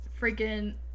freaking